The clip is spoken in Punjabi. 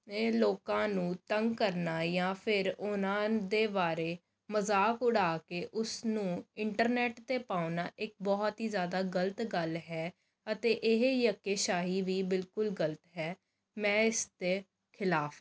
ਲੋਕਾਂ ਨੂੰ ਤੰਗ ਕਰਨਾ ਜਾਂ ਫਿਰ ਉਹਨਾਂ ਦੇ ਬਾਰੇ ਮਜ਼ਾਕ ਉਡਾ ਕੇ ਉਸ ਨੂੰ ਇੰਟਰਨੈਟ 'ਤੇ ਪਾਉਣਾ ਇੱਕ ਬਹੁਤ ਹੀ ਜ਼ਿਆਦਾ ਗਲਤ ਗੱਲ ਹੈ ਅਤੇ ਇਹ ਧੱਕੇਸ਼ਾਹੀ ਵੀ ਬਿਲਕੁਲ ਗਲਤ ਹੈ ਮੈਂ ਇਸ ਦੇ ਖਿਲਾਫ਼ ਹਾਂ